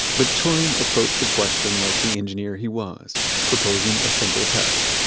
but turing approached the question like the engineer he was, proposing a simple test.